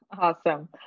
Awesome